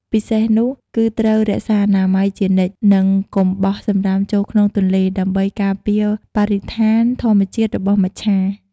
ពិសេសនោះគឺត្រូវរក្សាអនាម័យជានិច្ច និងកុំបោះសំរាមចូលក្នុងទន្លេ ដើម្បីការពារបរិស្ថានធម្មជាតិរបស់មច្ឆា ។